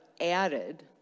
added